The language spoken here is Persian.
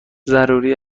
ضروری